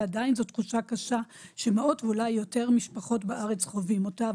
ועדיין זו תחושה קשה שמאות ואולי יותר משפחות בארץ חווים אותה,